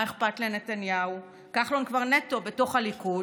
מה אכפת לנתניהו, כחלון כבר נטו בתוך הליכוד,